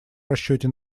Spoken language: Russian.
расчете